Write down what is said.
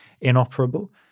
inoperable